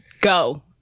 Go